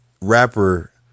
rapper